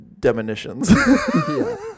demonitions